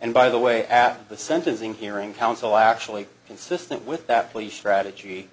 and by the way at the sentencing hearing counsel actually consistent with that plea shraddha judy